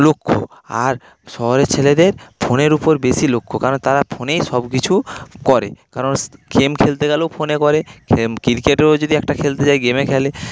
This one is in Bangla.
লক্ষ্য আর শহরের ছেলেদের ফোনের উপর বেশি লক্ষ্য কারণ তারা ফোনেই সবকিছু করে কারণ গেম খেলতে গেলেও ফোনে করে ক্রিকেটও যদি একটা খেলতে যায় গেমে খেলে